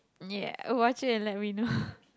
yeah watch it and let me know